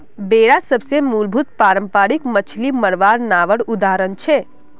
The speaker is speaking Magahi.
बेडा सबसे मूलभूत पारम्परिक मच्छ्ली मरवार नावर उदाहरण छे